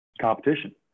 competition